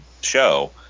show